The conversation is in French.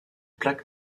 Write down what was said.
plaques